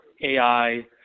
AI